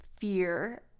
fear